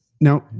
Now